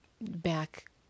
back